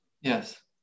Yes